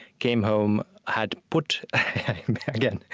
came home, had put again,